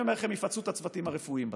אני אומר לכם שיפצו את הצוותים הרפואיים בסוף,